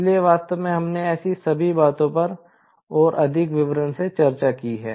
इसलिए वास्तव में हमने ऐसी सभी बातें पर और अधिक विवरणों से चर्चा की है